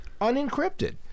unencrypted